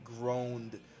groaned